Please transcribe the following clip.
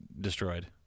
destroyed